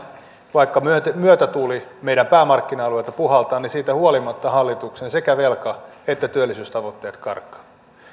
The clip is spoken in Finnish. vaikka myötätuuli meidän päämarkkina alueiltamme puhaltaa niin siitä huolimatta hallituksen sekä velka että työllisyystavoitteet karkaavat